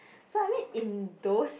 so I mean in those